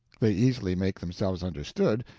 they easily make themselves understood,